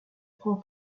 prend